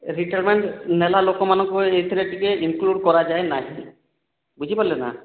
retirement ହେବା ଲୋକଙ୍କୁ ଏଥିରେ ଟିକେ ଇନ୍କ୍ଲୁଡ଼ କରାଯାଏନାହିଁ ବୁଝିପାରିଲେ ନା